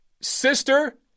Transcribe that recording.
sister